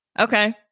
Okay